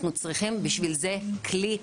אנחנו צריכים בשביל זה כלי.